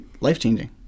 life-changing